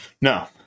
No